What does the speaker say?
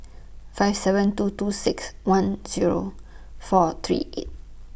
five seven two two six one Zero four three eight